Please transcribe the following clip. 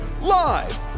Live